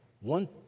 one